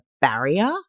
barrier